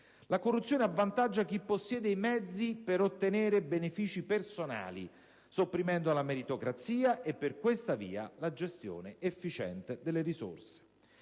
la corruzione avvantaggia chi possiede i mezzi per ottenere benefici personali sopprimendo la meritocrazia e, per questa via, la gestione efficiente delle risorse.